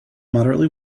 moderately